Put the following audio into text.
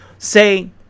Say